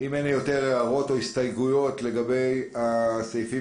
אין יותר הערות או הסתייגות לגבי הסעיפים